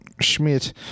Schmidt